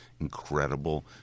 incredible